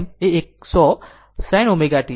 અને આ r Vm એ 100 sin ω t છે